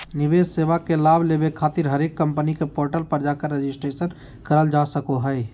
निवेश सेवा के लाभ लेबे खातिर हरेक कम्पनी के पोर्टल पर जाकर रजिस्ट्रेशन करल जा सको हय